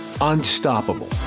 unstoppable